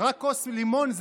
רק כוס לימון?